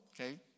Okay